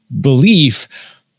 belief